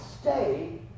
stay